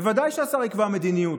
בוודאי שהשר יקבע מדיניות.